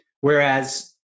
Whereas